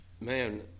man